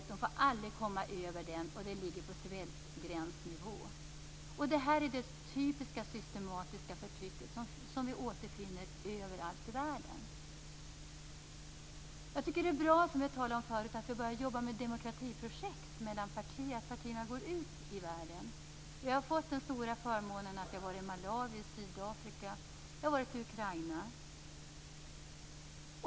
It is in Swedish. De får aldrig komma över den, dvs. svältgränsnivå. Detta är det typiska, systematiska förtrycket som kan återfinnas överallt i världen. Det är bra att vi börjat arbeta med demokratiprojekt mellan partierna, att partierna söker sig ut i världen. Jag har haft den stora förmånen att åka till Malawi i Sydafrika. Jag har varit i Ukraina.